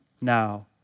now